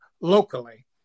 locally